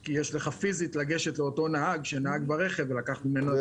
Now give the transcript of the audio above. כי פיזית אתה יכול לגשת לאותו נהג שנהג ברכב ולקחת ממנו את הפרטים.